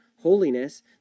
holiness